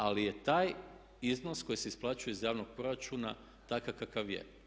Ali je taj iznos koji se isplaćuje iz javnog proračuna takav kakav je.